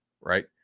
Right